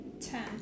Ten